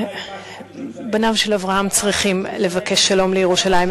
בניו של אברהם צריכים לבקש שלום לירושלים,